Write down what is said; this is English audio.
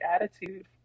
attitude